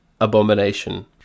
abomination